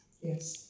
yes